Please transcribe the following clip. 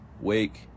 wake